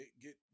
get